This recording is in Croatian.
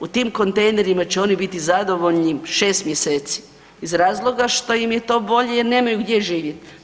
U tim kontejnerima će oni biti zadovoljni 6 mjeseci iz razloga što im je to bolje jer nemaju gdje živjeti.